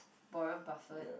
Warren-Buffet